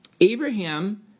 Abraham